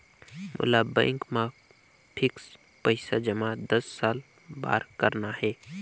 मोला बैंक मा फिक्स्ड पइसा जमा दस साल बार करना हे?